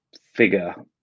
figure